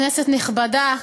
כנסת נכבדה,